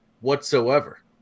whatsoever